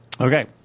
Okay